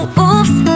oops